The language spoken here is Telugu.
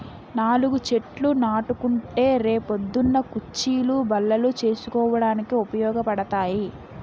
నాలుగు చెట్లు నాటుకుంటే రే పొద్దున్న కుచ్చీలు, బల్లలు చేసుకోడానికి ఉపయోగపడతాయి